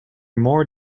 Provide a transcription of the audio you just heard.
more